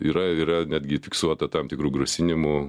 yra yra netgi fiksuota tam tikrų grasinimų